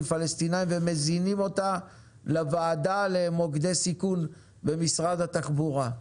פלסטינאים ומזינים אותה לוועדה למוקדי סיכון במשרד התחבורה.